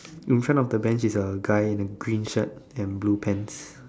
in front of the Bench is a guy in green shirt and blue pants